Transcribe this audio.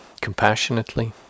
compassionately